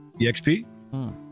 exp